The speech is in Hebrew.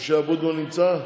משה אבוטבול נמצא?